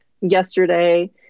yesterday